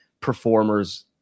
performers